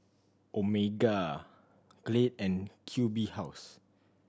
Omega Glade and Q B House